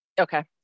okay